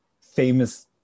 famous